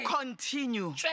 Continue